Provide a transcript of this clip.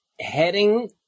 heading